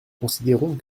considérons